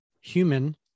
human